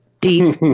deep